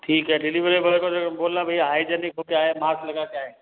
ठीक है delivery boy को देखो बोलना भैया हाईजेनिक हो के आए मास्क लगा के आए